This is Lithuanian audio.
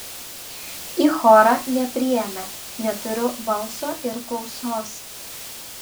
į chorą nepriėmė neturiu balso ir klausos